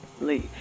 Leave